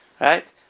Right